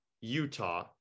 Utah